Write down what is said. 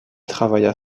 travailla